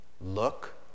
Look